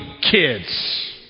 kids